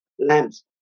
lamps